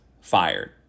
fired